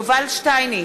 יובל שטייניץ,